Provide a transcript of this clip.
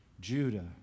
Judah